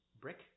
Brick